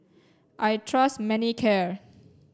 I trust Manicare